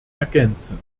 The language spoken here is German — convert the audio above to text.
ergänzen